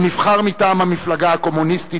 הוא נבחר מטעם המפלגה הקומוניסטית,